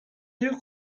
جور